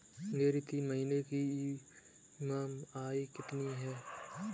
मेरी तीन महीने की ईएमआई कितनी है?